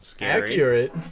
Accurate